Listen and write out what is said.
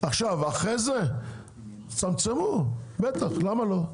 ואחרי זה צמצמו בטח למה לא?